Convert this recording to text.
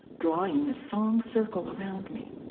drawing a song circle around me.